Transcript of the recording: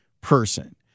person